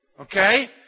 Okay